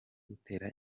gutera